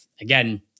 again